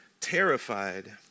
terrified